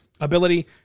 ability